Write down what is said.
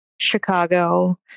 Chicago